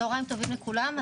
צוהריים טובים לכולם.